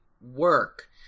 work